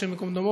השם ייקום דמו,